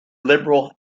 liberal